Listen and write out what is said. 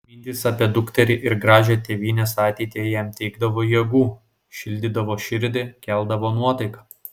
mintys apie dukterį ir gražią tėvynės ateitį jam teikdavo jėgų šildydavo širdį keldavo nuotaiką